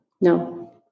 No